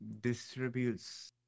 distributes